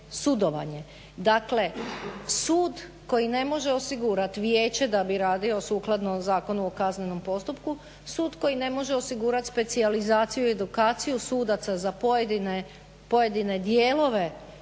sudovanje. Dakle, sud koji ne može osigurati vijeće da bi radio sukladno Zakonu o kaznenom postupku, sud koji ne može osigurati specijalizaciju i edukaciju sudaca za pojedine dijelove,